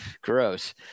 gross